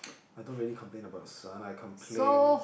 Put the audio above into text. I don't really complain about the sun I complain